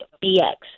B-X